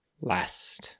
last